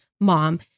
mom